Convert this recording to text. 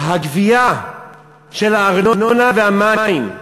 הגבייה של הארנונה והמים,